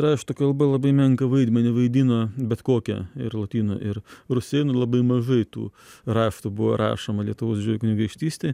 rašto kalba labai menką vaidmenį vaidino bet kokią ir lotynų ir rusėnų labai mažai tų raštų buvo rašoma lietuvos kunigaikštystėj